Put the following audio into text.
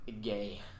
Gay